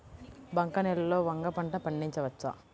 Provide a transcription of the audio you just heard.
బంక నేలలో వంగ పంట పండించవచ్చా?